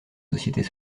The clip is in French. sociétés